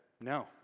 no